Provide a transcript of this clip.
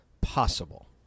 possible